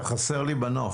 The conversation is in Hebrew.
אתה חסר לי בנוף.